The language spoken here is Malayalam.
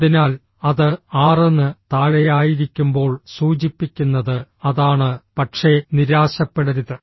അതിനാൽ അത് 6 ന് താഴെയായിരിക്കുമ്പോൾ സൂചിപ്പിക്കുന്നത് അതാണ് പക്ഷേ നിരാശപ്പെടരുത്